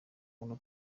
muntu